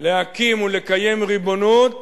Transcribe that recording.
להקים ולקיים ריבונות